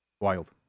Wild